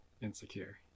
insecure